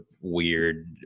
weird